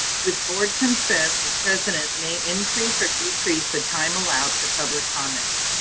with board consent, the president may increase or decrease the time allowed for public comments,